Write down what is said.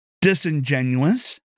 disingenuous